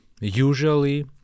usually